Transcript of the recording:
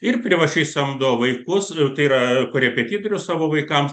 ir privačiai samdo vaikus tai yra korepetitorius savo vaikams